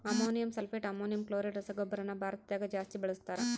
ammonium sulphate, ammonium chloride ರಸಗೊಬ್ಬರನ ಭಾರತದಗ ಜಾಸ್ತಿ ಬಳಸ್ತಾರ